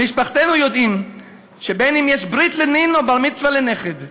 במשפחתנו יודעים שבין שיש ברית לנין או בר-מצווה לנכד,